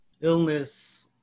illness